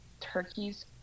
turkeys